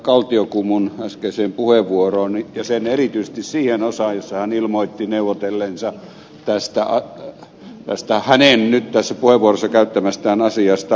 kaltiokummun äskeiseen puheenvuoroon ja siinä erityisesti siihen osaan jossa hän ilmoitti neuvotelleensa tästä hänen nyt tässä puheenvuorossa käyttämästään asiasta oikeuskanslerin kanssa